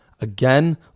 again